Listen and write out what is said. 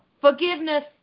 forgiveness